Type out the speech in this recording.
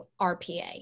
rpa